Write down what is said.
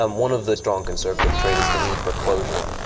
um one of the strong conservative traits is the need for closure,